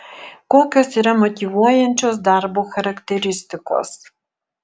kokios yra motyvuojančios darbo charakteristikos